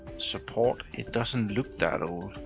support, it doesn't look that old.